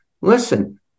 listen